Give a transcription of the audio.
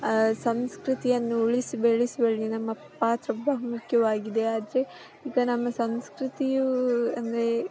ಸಂಸ್ಕೃತಿಯನ್ನು ಉಳಿಸಿ ಬೆಳೆಸುವಲ್ಲಿ ನಮ್ಮ ಪಾತ್ರ ಬಹುಮುಖ್ಯವಾಗಿದೆ ಆದರೆ ಈಗ ನಮ್ಮ ಸಂಸ್ಕೃತಿಯು ಅಂದರೆ